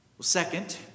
second